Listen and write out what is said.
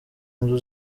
nzu